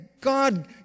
God